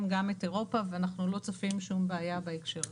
גם את אירופה ואנחנו לא צופים שום בעיה בהקשר הזה.